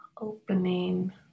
opening